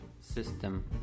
system